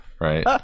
right